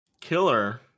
Killer